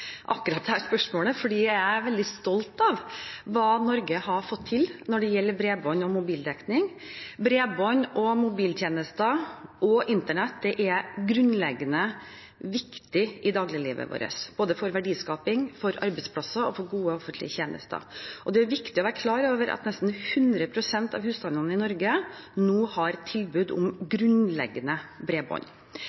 akkurat dette spørsmålet, for jeg er veldig stolt av hva Norge har fått til når det gjelder bredbånd og mobildekning. Bredbånd, mobiltjenester og internett er grunnleggende viktig i dagliglivet vårt, både for verdiskaping, for arbeidsplasser og for gode offentlige tjenester. Det er viktig å være klar over at nesten 100 pst. av husstandene i Norge nå har tilbud om